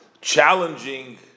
challenging